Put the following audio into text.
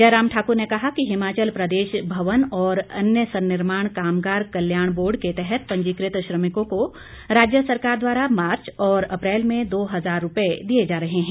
जयराम ठाकुर ने कहा कि हिमाचल प्रदेश भवन और अन्य सनिर्माण कामगार कल्याण बोर्ड के तहत पंजीकृत श्रमिकों को राज्य सरकार द्वारा मार्च और अप्रैल में दो हजार रुपये दिए जा रहे हैं